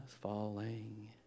falling